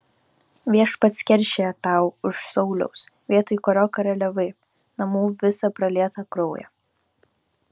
viešpats keršija tau už sauliaus vietoj kurio karaliavai namų visą pralietą kraują